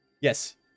Yes